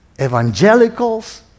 Evangelicals